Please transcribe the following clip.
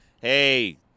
hey